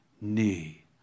knee